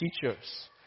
teachers